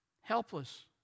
helpless